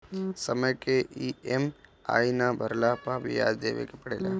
समय से इ.एम.आई ना भरला पअ बियाज देवे के पड़ेला